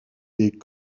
des